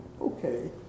Okay